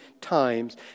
times